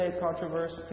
Controversy